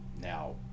Now